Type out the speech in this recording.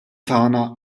tagħna